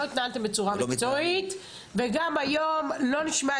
לא התנהלתם בצורה מקצועית וגם היום לא נשמעה